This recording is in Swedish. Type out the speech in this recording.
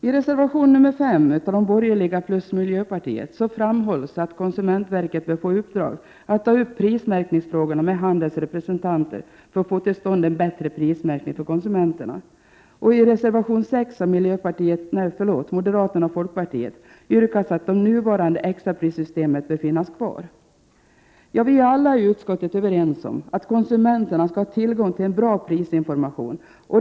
I reservation nr 5 av de borgerliga partierna plus miljöpartiet framhålls att konsumentverket bör få i uppdrag att ta upp prismärkningsfrågorna med handelns representanter för att få till stånd en för konsumenterna bättre prismärkning. Vi är alla i utskottet överens om att konsumenterna skall ha tillgång till en bra prisinformation.